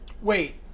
Wait